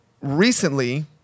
Recently